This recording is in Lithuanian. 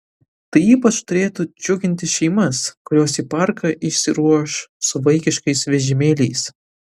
tai ypač turėtų džiuginti šeimas kurios į parką išsiruoš su vaikiškais vežimėliais